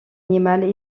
animales